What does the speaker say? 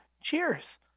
Cheers